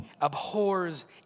abhors